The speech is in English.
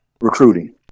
Recruiting